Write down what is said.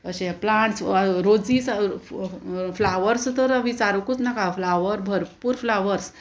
अशें प्लांट्स वा roses flowers तर विचारूकूच नाका फ्लावर भरपूर फ्लावर्स